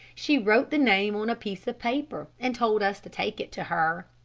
she wrote the name on a piece of paper, and told us to take it to her.